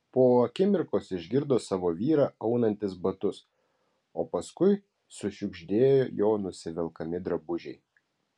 po akimirkos išgirdo savo vyrą aunantis batus o paskui sušiugždėjo jo nusivelkami drabužiai